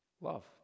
Love